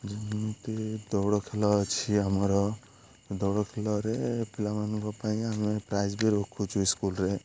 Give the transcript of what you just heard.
ଯେମିତି ଦୌଡ଼ ଖେଲ ଅଛି ଆମର ଦୌଡ଼ ଖେଲରେ ପିଲାମାନଙ୍କ ପାଇଁ ଆମେ ପ୍ରାଇଜ୍ ବି ରଖୁଛୁ ସ୍କୁଲ୍ରେ